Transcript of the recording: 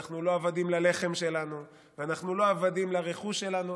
אנחנו לא עבדים ללחם שלנו ואנחנו לא עבדים לרכוש שלנו.